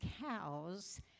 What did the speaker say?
cows